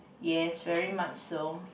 yes very much so